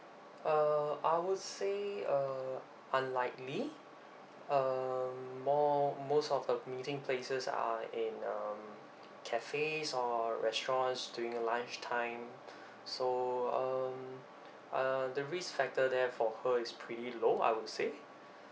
uh I would say uh unlikely uh more most of the meeting places are in um cafes or restaurants during lunch time so um uh the risk factor there for her is pretty low I would say